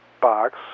box